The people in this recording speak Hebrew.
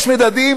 יש מדדים